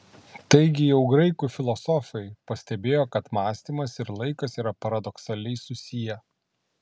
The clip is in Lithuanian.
taigi jau graikų filosofai pastebėjo kad mąstymas ir laikas yra paradoksaliai susiję